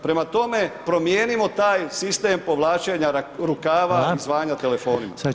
Prema tome, promijenimo taj sistem povlačenja rukava [[Upadica: Hvala]] i zvanja telefonima.